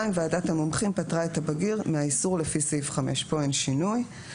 ועדת המומחים פטרה את הבגיר מהאיסור לפי סעיף 5. משטרת